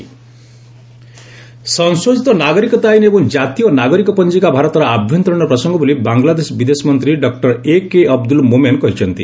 Bangladesh CAA ସଂଶୋଧିତ ନାଗରିକତା ଆଇନ୍ ଏବଂ ଜାତୀୟ ନାଗରିକ ପଞ୍ଜିକା ଭାରତର ଆଭ୍ୟନ୍ତରୀଣ ପ୍ରସଙ୍ଗ ବୋଲି ବାଙ୍ଗଲାଦେଶ ବିଦେଶ ମନ୍ତୀ ଡକ୍ଟର ଏକେ ଅବଦୁଲ ମୋମେନ କହିଛନ୍ତି